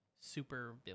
super